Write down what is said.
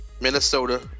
Minnesota